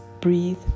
breathe